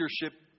leadership